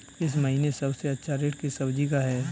इस महीने सबसे अच्छा रेट किस सब्जी का है?